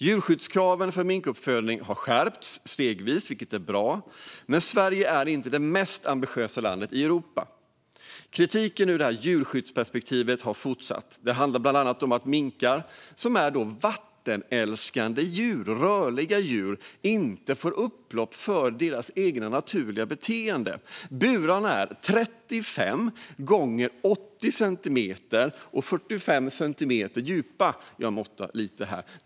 Djurskyddskraven för minkuppfödning har skärpts stegvis, vilket är bra. Men Sverige är inte det mest ambitiösa landet i Europa. Kritiken från detta djurskyddsperspektiv har fortsatt. Det handlar bland annat om att minkar, som är vattenälskande och rörliga djur, inte får utlopp för sitt eget naturliga beteende. Burarna är 35 x 80 centimeter stora och 45 centimeter höga.